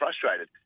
frustrated